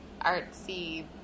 artsy